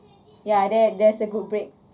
ya there there's a good break